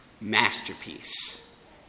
masterpiece